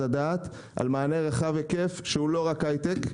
הדעת על מענה רחב היקף שהוא לא רק הייטק,